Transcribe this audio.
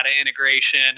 integration